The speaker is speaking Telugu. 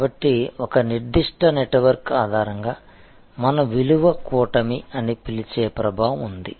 కాబట్టి ఒక నిర్దిష్ట నెట్వర్క్ ఆధారంగా మనం విలువ కూటమి అని పిలిచే ప్రభావం ఉంది